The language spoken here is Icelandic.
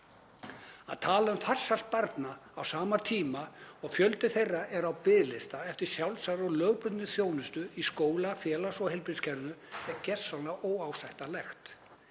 Að tala um farsæld barna á sama tíma og fjöldi þeirra er á biðlista eftir sjálfsagðri og lögbundinni þjónustu í skóla-, félags- og heilbrigðiskerfinu er gersamlega óásættanlegt.